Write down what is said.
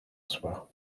soir